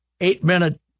eight-minute